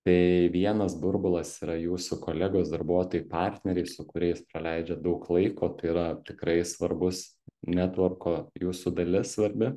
tai vienas burbulas yra jūsų kolegos darbuotojai partneriai su kuriais praleidžiat daug laiko tai yra tikrai svarbus netvorko jūsų dalis svarbi